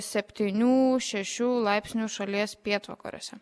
septynių šešių laipsnių šalies pietvakariuose